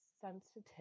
sensitive